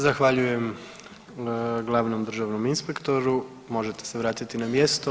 Zahvaljujem glavnom državnom inspektoru, možete se vratiti na mjesto.